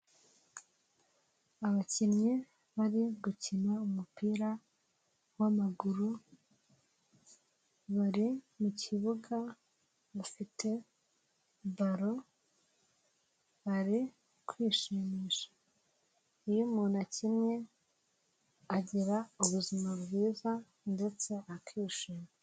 Abakinnyi bari gukina umupira w'amaguru, bari mu kibuga bafite balo, bari kwishimisha. Iyo umuntu akinnye, agira ubuzima bwiza ndetse akishima.